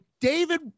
David